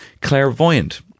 Clairvoyant